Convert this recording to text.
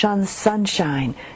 sunshine